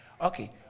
Okay